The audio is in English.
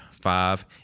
five